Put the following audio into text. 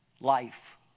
life